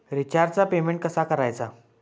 रिचार्जचा पेमेंट कसा करायचा?